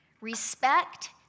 Respect